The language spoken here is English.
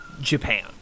Japan